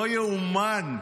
לא ייאמן,